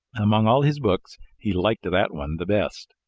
among all his books, he liked that one the best.